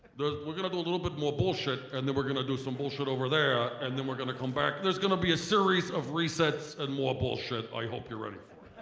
we're gonna do a little bit more bullshit and then we're gonna do some bullshit over there and then we're gonna come back. there's gonna be a series of resets and more bullshit i hope you're ready for